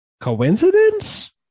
Coincidence